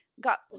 got